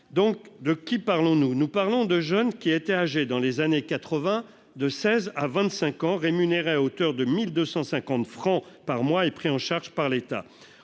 De qui parlons-nous ? Nous parlons de jeunes qui étaient âgés, dans les années 1980, de 16 à 25 ans, rémunérés à hauteur de 1 250 francs par mois et pris en charge par l'État.